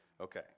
Okay